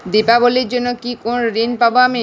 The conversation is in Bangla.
দীপাবলির জন্য কি কোনো ঋণ পাবো আমি?